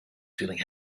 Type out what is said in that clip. feeling